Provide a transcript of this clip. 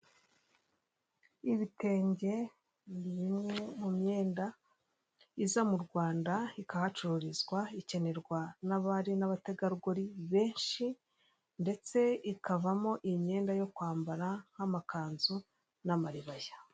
I Kibagabaga mu mujyi wa Kigali, hari aparitema igurishwa mu madorari y'abanyamerika ibihumbi ijana na mirongo itatu na bitanu, ni heza wahatura.